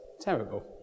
terrible